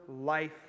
life